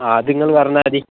അത് നിങ്ങൾ പറഞ്ഞാൽ മതി